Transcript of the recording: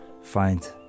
find